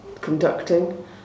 conducting